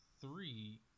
three